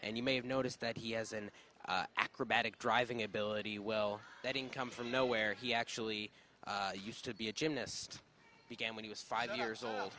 and you may have noticed that he has an acrobatic driving ability well that income from nowhere he actually used to be a gymnast began when he was five years old